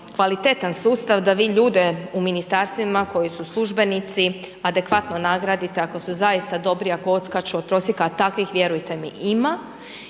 kvalitetan sustav da vi ljude u ministarstvima koji su službenici adekvatno nagradite ako su zaista dobri, ako odskaču od prosjeka a takvih vjerojatno ima.